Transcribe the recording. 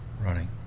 running